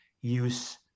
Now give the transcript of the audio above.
use